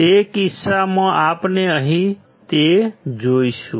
તે કિસ્સામાં આપણે અહીં તે જોઈશું